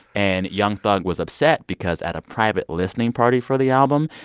and young thug was upset because at a private listening party for the album,